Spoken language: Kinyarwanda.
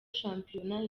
shampiyona